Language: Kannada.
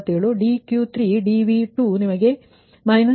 98 ಮತ್ತು dQ3 dV2 ನಿಮಗೆ −31